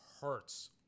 hurts